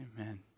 Amen